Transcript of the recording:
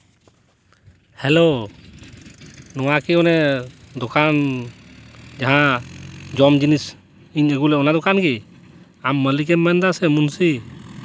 hello ᱱᱚᱣᱟ ᱠᱤ ᱚᱱᱮ ᱫᱚᱠᱟᱱ ᱡᱟᱦᱟᱸ ᱡᱚᱢ ᱡᱤᱱᱤᱥ ᱤᱧ ᱟᱹᱜᱩ ᱞᱮᱫ ᱚᱱᱟ ᱫᱚᱠᱟᱱ ᱜᱮ ᱟᱢ ᱢᱟᱹᱞᱤᱠ ᱮᱢ ᱢᱮᱱᱫᱟ ᱥᱮ ᱢᱩᱱᱥᱤ